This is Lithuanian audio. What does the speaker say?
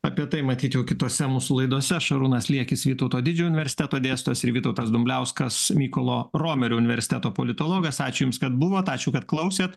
apie tai matyt jau kitose mūsų laidose šarūnas liekis vytauto didžiojo universiteto dėstytojas ir vytautas dumbliauskas mykolo romerio universiteto politologas ačiū jums kad buvot ačiū kad klausėt